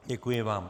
Děkuji vám.